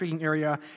area